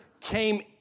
came